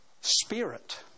spirit